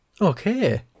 okay